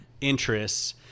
interests